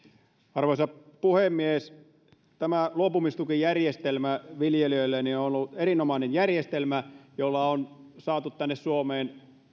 arvoisa puhemies tämä luopumistukijärjestelmä viljelijöille on ollut erinomainen järjestelmä jolla on saatu tänne suomeen